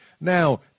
now